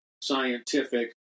scientific